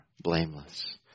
blameless